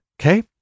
Okay